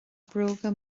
bróga